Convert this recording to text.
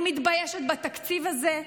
אני מתביישת בתקציב הזה.